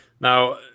Now